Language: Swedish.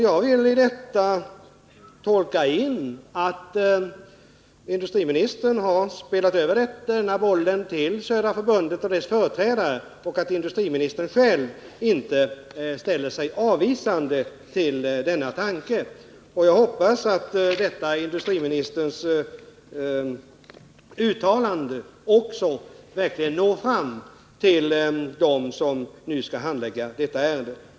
Jag vill i detta tolka in att industriministern har spelat över denna boll till Södra Skogsägarna och deras företrädare och själv inte ställer sig avvisande till denna tanke. Jag hoppas att detta industriministerns uttalande verkligen når fram till dem som nu skall handlägga detta ärende.